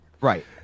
Right